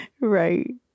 Right